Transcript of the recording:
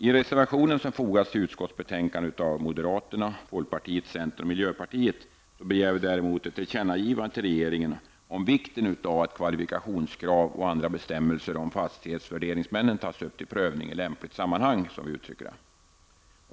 I reservationen som fogats till betänkandet av moderaterna, folkpartiet, centern och miljöpartiet begär vi däremot ett tillkännagivande till regeringen om vikten av att kvalifikationskrav och andra bestämmelser om fastighetsvärderingsmännen tas upp till prövning ''i lämpligt sammanhang'', som vi uttrycker det.